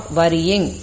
worrying